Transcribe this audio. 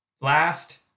last